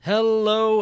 Hello